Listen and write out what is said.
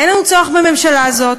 אין לנו צורך בממשלה הזאת,